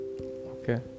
Okay